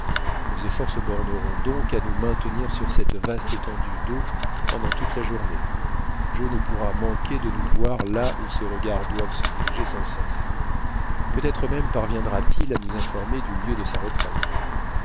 nos efforts se borneront donc à nous maintenir sur cette vaste étendue d'eau pendant toute la journée joe ne pourra manquer de nous voir là où ses regards doivent se diriger sans cesse peut-être même parviendra t il à nous informer du lieu de sa retraite